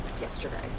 yesterday